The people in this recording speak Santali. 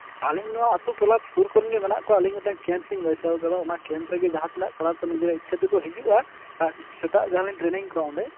ᱟᱞᱤᱧ ᱱᱚᱣᱟ ᱟᱹᱛᱩ ᱴᱚᱞᱟ ᱥᱩᱨ ᱠᱚᱨᱮᱱᱜᱮ ᱢᱮᱱᱟᱜ ᱠᱚᱣᱟ ᱟᱞᱤᱧ ᱢᱤᱫᱴᱟᱱ ᱠᱮᱢᱯᱞᱤᱧ ᱵᱟᱹᱭᱥᱟᱹᱣ ᱟᱠᱟᱫᱟ ᱚᱱᱟ ᱠᱮᱢᱯ ᱨᱮᱜᱮ ᱡᱟᱦᱟᱸᱛᱤᱱᱟᱹᱜ ᱠᱚᱲᱟ ᱠᱚ ᱱᱤᱡᱮᱨᱟᱜ ᱤᱪᱪᱷᱟᱹ ᱛᱮᱠᱚ ᱦᱤᱡᱩᱜᱼᱟ ᱥᱮᱛᱟᱜ ᱡᱟᱦᱟᱸᱞᱤᱧ ᱴᱨᱮᱱᱤᱝ ᱠᱚᱣᱟ ᱚᱸᱰᱮ